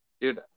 Dude